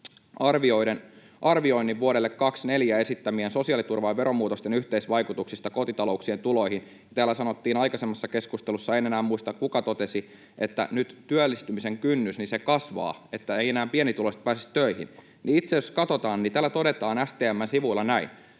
arvioinnin vuodelle 24 esitettyjen sosiaaliturvan ja veromuutosten yhteisvaikutuksista kotitalouksien tuloihin. Täällä sanottiin aikaisemmassa keskustelussa — en enää muista, kuka totesi — että nyt työllistymisen kynnys kasvaa, että pienituloiset eivät enää pääsisi töihin, mutta itse asiassa jos katsotaan, niin täällä STM:n sivuilla